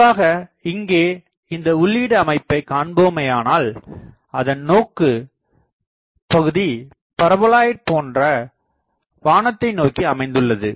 பொதுவாக இங்கே இந்த உள்ளீடு அமைப்பை காண்போமேயானால் அதன் நோக்கு பகுதி பரபோலாய்ட் போன்று வானத்தை நோக்கி அமைந்துள்ளது